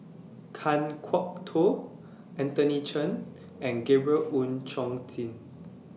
Kan Kwok Toh Anthony Chen and Gabriel Oon Chong Jin